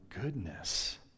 goodness